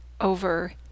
over